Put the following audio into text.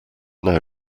now